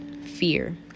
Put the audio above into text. Fear